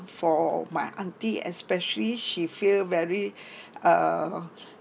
for my aunty especially she feel very uh